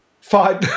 Fine